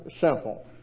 simple